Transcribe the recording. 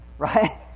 Right